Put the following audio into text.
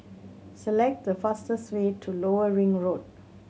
select the fastest way to Lower Ring Road